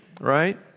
right